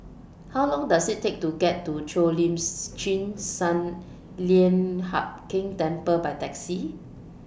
How Long Does IT Take to get to Cheo Lim Chin Sun Lian Hup Keng Temple By Taxi